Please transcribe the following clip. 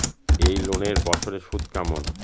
এই লোনের বছরে সুদ কেমন?